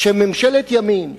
שממשלת ימין,